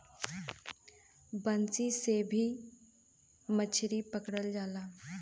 बंसी से भी मछरी पकड़ल जाला